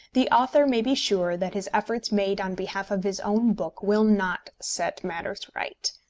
the author may be sure that his efforts made on behalf of his own book will not set matters right.